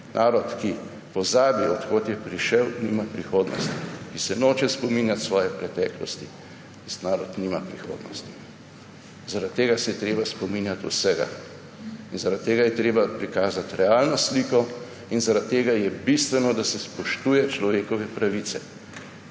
»Narod, ki pozabi, od kod je prišel, nima prihodnosti.« In če se noče spominjati svoje preteklosti, tisti narod nima prihodnosti. Zaradi tega se je treba spominjati vsega in zaradi tega je treba prikazati realno sliko in zaradi tega je bistveno, da se spoštuje človekove pravice.